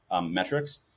metrics